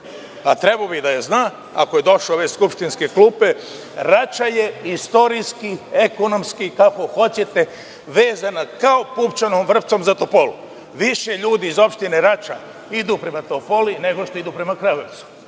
a trebao bi da je zna ako je došao iz ove skupštinske klupe, Rača je istorijski, ekonomski, kako hoćete, vezana kao pupčanom vrpcom za Topolu. Više ljudi iz opštine Rača idu prema Topoli, nego što idu prema Kragujevcu.